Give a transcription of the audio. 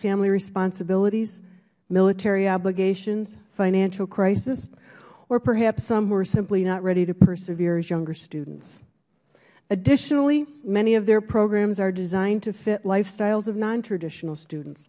family responsibilities military obligations financial crisis or perhaps some who were simply not ready to persevere as younger students additionally many of their programs are designed to fit lifestyles of nontraditional students